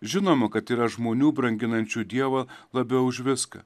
žinoma kad yra žmonių branginančių dievą labiau už viską